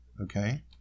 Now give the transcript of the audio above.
okay